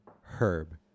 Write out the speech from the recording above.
Herb